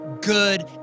good